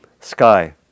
Sky